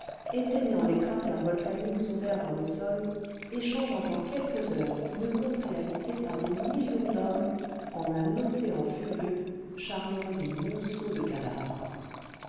éteignant les cratères volcaniques ouverts dans le sol et changeant en quelques heures une contrée habitée par des millions d'hommes en un océan furieux charriant des monceaux de cadavres